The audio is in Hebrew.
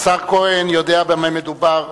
השר כהן יודע במה מדובר,